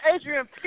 Adrian